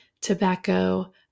tobacco